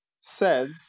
says